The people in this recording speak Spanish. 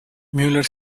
müller